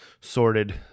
sorted